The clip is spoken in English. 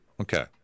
Okay